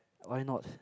why not